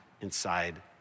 inside